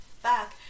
back